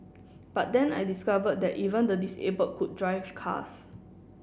but then I discovered that even the disabled could drive cars